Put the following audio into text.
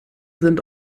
sind